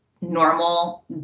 normal